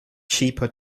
cheaper